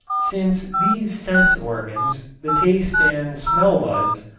since these sense organs, the taste and smell buds,